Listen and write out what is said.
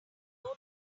low